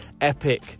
epic